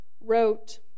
wrote